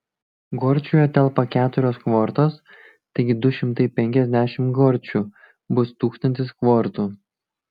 gorčiuje telpa keturios kvortos taigi du šimtai penkiasdešimt gorčių bus tūkstantis kvortų